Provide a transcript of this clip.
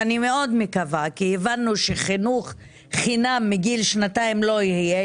ואני מאוד מקווה כי הבנו שחינוך חינם מגיל שנתיים לא יהיה,